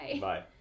Bye